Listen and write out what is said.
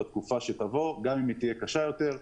גם אם התקופה תהיה קשה יותר,